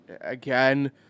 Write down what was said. again